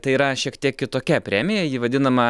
tai yra šiek tiek kitokia premija ji vadinama